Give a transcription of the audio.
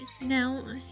Now